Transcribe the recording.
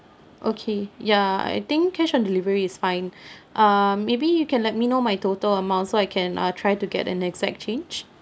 okay ya I think cash on delivery is fine uh maybe you can let me know my total amount so I can uh try to get an exact change